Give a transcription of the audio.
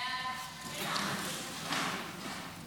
סעיפים 1